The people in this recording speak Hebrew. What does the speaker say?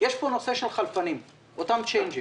יש פה נושא של חלפנים, אותם צ'יינג'ים,